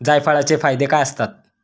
जायफळाचे फायदे काय असतात?